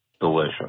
Delicious